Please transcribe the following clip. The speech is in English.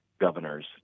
governors